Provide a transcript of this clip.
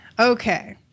Okay